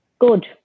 good